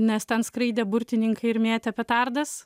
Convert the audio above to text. nes ten skraidė burtininkai ir mėtė petardas